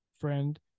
friend